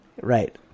Right